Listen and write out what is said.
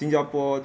新加坡